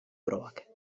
probak